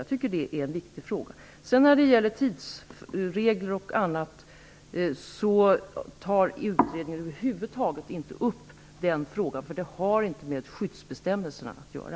Jag tycker att det är en viktig fråga. Tidsregler och annat sådant tar utredningen över huvud taget inte upp. Det har nämligen inte någonting med skyddsbestämmelserna att göra.